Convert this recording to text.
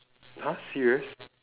!huh! serious